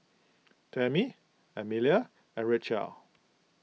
Tammi Emelie and Rachelle